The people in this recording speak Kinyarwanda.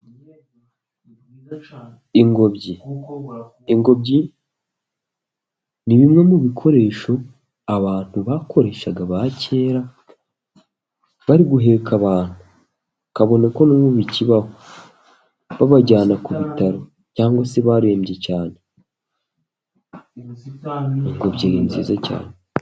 Ingobyi, ingobyi ni bimwe mu bikoresho abantu bakoreshaga ba kera, bari guheka abantu kabone ko n'ubu bikibaho, babajyana ku bitaro cyangwa se barembye cyane, ingobyi ni nziza cyane.